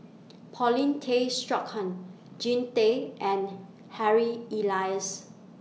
Paulin Tay Straughan Jean Tay and Harry Elias